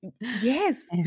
yes